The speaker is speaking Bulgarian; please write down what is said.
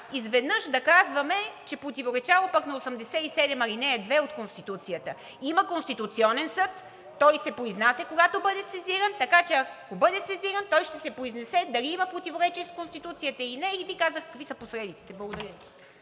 изведнъж да казваме, че противоречал пък на чл. 87, ал. 2 от Конституцията? Има Конституционен съд, той се произнася, когато бъде сезиран, така че, ако бъде сезиран, той ще се произнесе дали има противоречие с Конституцията или не и казва какви са последиците. Благодаря